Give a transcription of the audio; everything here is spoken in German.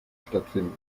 stattfinden